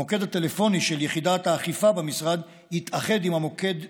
המוקד הטלפוני של יחידת האכיפה במשרד יתאחד עם המוקד המשרדי.